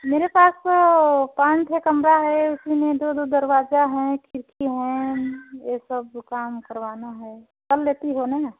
मेरे पास तो पाँच छः कमरा है उसी में दो दो दरवाज़ए हैं खिड़की हैं यह सब काम करवाना है कर लेती हो ना